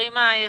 הנחייה,